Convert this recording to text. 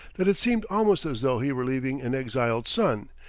that it seemed almost as though he were leaving an exiled son,